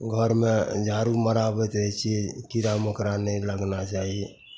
घरमे झाड़ू मराबैत रहै छिए कीड़ा मकोड़ा नहि लगना चाही